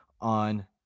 on